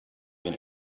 been